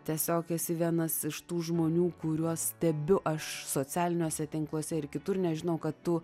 tiesiog esi vienas iš tų žmonių kuriuos stebiu aš socialiniuose tinkluose ir kitur nes žinau kad tu